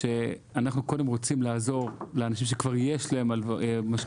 שאנחנו קודם רוצים לעזור לאנשים שכבר יש להם משכנתאות,